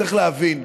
צריך להבין,